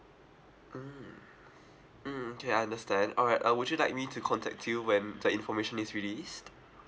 mm mm okay I understand alright uh would you like me to contact you when the information is released